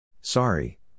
Sorry